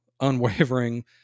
unwavering